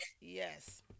Yes